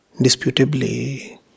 Disputably